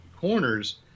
corners